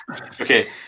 Okay